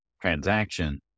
transaction